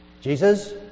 Jesus